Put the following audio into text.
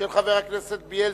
של חבר הכנסת בילסקי,